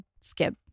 skip